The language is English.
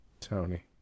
Tony